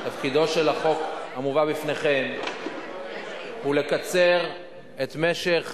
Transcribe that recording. תפקידו של החוק המובא בפניכם הוא לקצר את משך